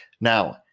Now